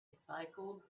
cycled